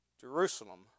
Jerusalem